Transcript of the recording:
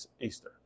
Easter